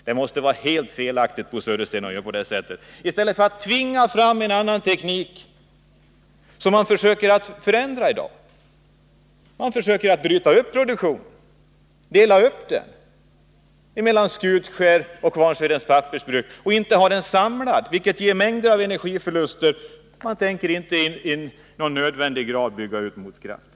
Det måste vara helt felaktigt att använda den tekniken. I stället borde vi tvinga fram en annan teknik. Men detta motarbetas av att företaget i dag försöker bryta upp produktionen. Företaget vill dela upp produktionen mellan Skutskär och Kvarnsveden i stället för att ha den samlad, vilket ger stora energiförluster. Och företaget tänker inte heller i någon högre grad bygga ut motkraften.